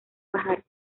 bajar